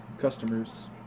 customers